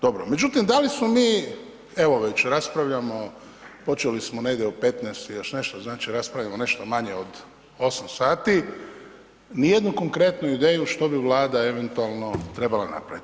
Dobro, međutim, da li smo bi evo već raspravljamo, počeli smo negdje u 15 i još nešto, znači raspravljamo nešto manje od 8 sati, nijednu konkretnu ideju što bi Vlada eventualno trebala napraviti.